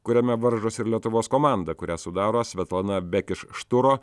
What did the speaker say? kuriame varžosi ir lietuvos komanda kurią sudaro svetlana bekeš šturo